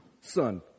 son